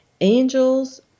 angels